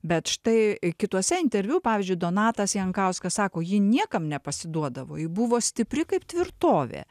bet štai kituose interviu pavyzdžiui donatas jankauskas sako ji niekam nepasiduodavo ji buvo stipri kaip tvirtovė